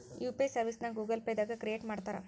UPI ಸರ್ವಿಸ್ನ Google Pay ದಾಗ create ಮಾಡ್ತಾರಾ